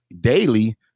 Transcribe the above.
daily